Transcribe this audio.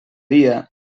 dia